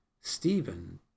Stephen